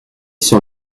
sur